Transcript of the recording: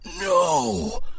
No